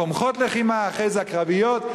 התומכות לחימה, אחרי זה הקרביות.